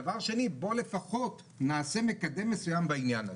דבר שני, בוא לפחות נעשה מקדם מסוים בעניין הזה.